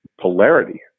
polarity